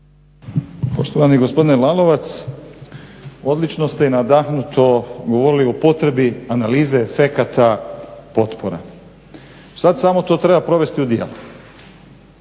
Poštovani gospodine Lalovac odlično ste i nadahnuto govorili o potrebi analize efekata potpora. Sad samo to treba provesti u djelo.